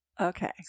okay